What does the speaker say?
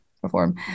perform